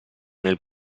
nel